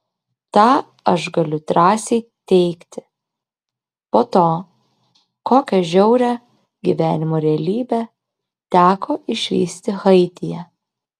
tą aš galiu drąsiai teigti po to kokią žiaurią gyvenimo realybę teko išvysti haityje